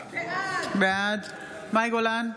בעד מאי גולן,